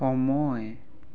সময়